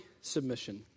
submission